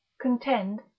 contend